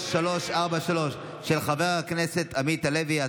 פ/3343, של חבר הכנסת עמית הלוי.